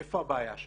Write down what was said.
איפה הבעיה שלנו?